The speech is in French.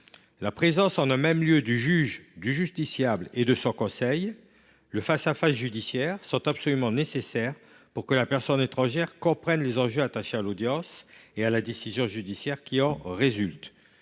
La présence en un même lieu du juge, du justiciable et de son conseil, c’est à dire le face à face judiciaire, est absolument nécessaire pour que la personne étrangère comprenne les enjeux attachés à l’audience et à la décision judiciaire qui en résulte.